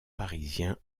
parisien